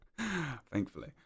Thankfully